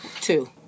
two